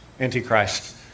antichrist